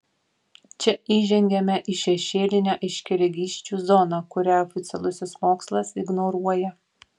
čia įžengiame į šešėlinę aiškiaregysčių zoną kurią oficialusis mokslas ignoruoja